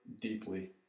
deeply